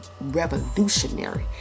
revolutionary